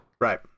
Right